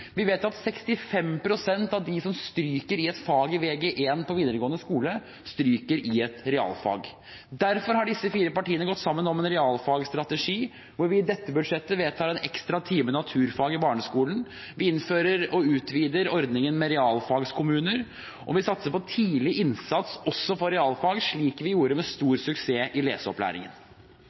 Vi vet at 65 pst. av dem som stryker i et fag på Vg1 på videregående skole, stryker i et realfag. Derfor har disse fire partiene gått sammen om en realfagsstrategi hvor vi i dette budsjettet vedtar en ekstra time naturfag i barneskolen, innfører og utvider ordningen med realfagskommuner og satser på tidlig innsats også for realfag, slik vi gjorde med stor suksess i leseopplæringen.